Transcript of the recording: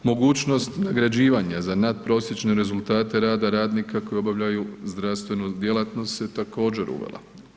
Mogućnost nagrađivanja za nadprosječne rezultate rada radnika koji obavljaju zdravstvenu djelatnost se također uvela.